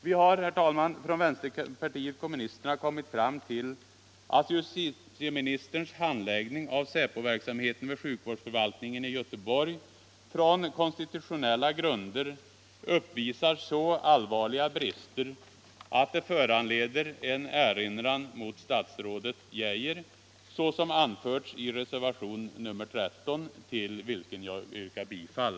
Vi har, herr talman, från vänsterpartiet kommunisterna kommit fram till att justitieministerns handläggning av säpoverksamheten vid sjukvårdsförvaltningen i Göteborg från konstitutionella grunder uppvisar så allvarliga brister att det föranleder en erinran mot statsrådet Geijer, som anförs i reservationen 13, till vilken jag yrkar bifall.